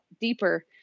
deeper